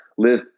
Live